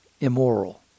immoral